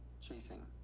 chasing